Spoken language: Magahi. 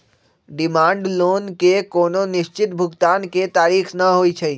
डिमांड लोन के कोनो निश्चित भुगतान के तारिख न होइ छइ